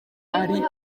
ari